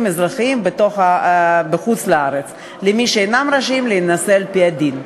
אזרחיים בחוץ-לארץ למי שאינם רשאים להינשא על-פי דין.